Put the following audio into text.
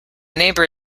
neighbour